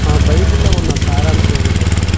మా బైబిల్లో ఉన్న సారాంశం ఏమిటి అంటే